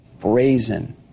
brazen